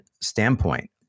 standpoint